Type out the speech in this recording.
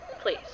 Please